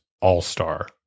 all-star